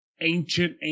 ancient